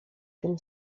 tym